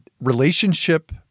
relationship